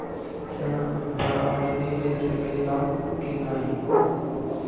ऋण अनपढ़ आदमी ले सके ला की नाहीं?